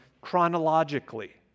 chronologically